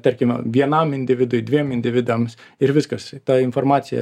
tarkime vienam individui dviem individams ir viskas ta informacija